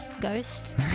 Ghost